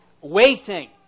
waiting